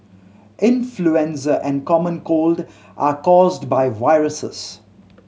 influenza and the common cold are caused by viruses